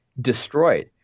destroyed